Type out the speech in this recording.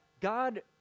God